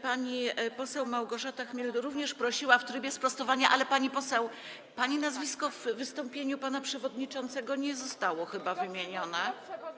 Pani poseł Małgorzata Chmiel również prosiła o głos w trybie sprostowania, ale pani nazwisko, pani poseł, w wystąpieniu pana przewodniczącego nie zostało chyba wymienione.